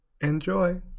Enjoy